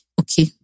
okay